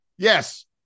Yes